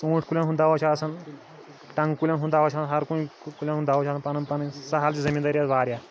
ژوٗنٛٹۍ کُلٮ۪ن ہُنٛد دوا چھُ آسان ٹنٛگہٕ کُلٮ۪ن ہُنٛد دوا چھُ آسان ہر کُنہِ کُلٮ۪ن ہُنٛد دوا چھُ آسان پنُن پنٕنۍ سہل چھِ زٔمیٖندٲری آز واریاہ